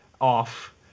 off